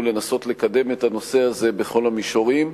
לנסות לקדם את הנושא הזה בכל המישורים.